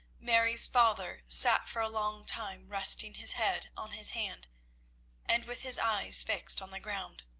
mary's father sat for a long time resting his head on his hand and with his eyes fixed on the ground.